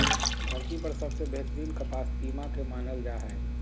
धरती पर सबसे बेहतरीन कपास पीमा के मानल जा हय